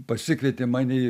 pasikvietė mane į